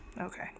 okay